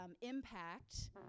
impact